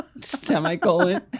semicolon